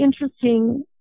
interesting